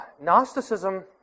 Gnosticism